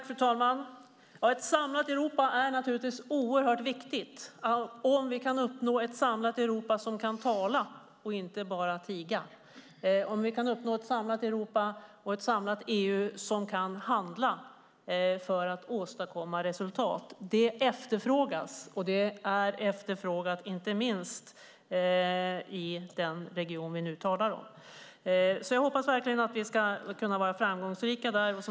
Fru talman! Ett samlat Europa är naturligtvis oerhört viktigt. Ett samlat Europa som kan tala och inte bara tiga, ett samlat Europa och ett samlat EU som kan handla för att åstadkomma resultat är något som efterfrågas, inte minst i den region vi nu talar om. Jag hoppas verkligen att vi ska kunna vara framgångsrika i att uppnå detta.